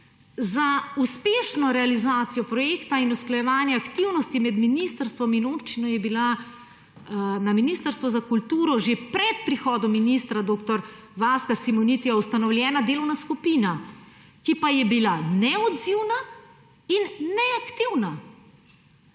Za uspešno realizacijo projekta in usklajevanja aktivnosti med ministrstvom in občino je bila na Ministrstvo za kulturo že pred prihodom ministra dr. Vaska Simonitija ustanovljena delovna skupina, ki pa je bila neodzivna in neaktivna.